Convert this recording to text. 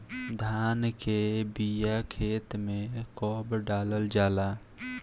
धान के बिया खेत में कब डालल जाला?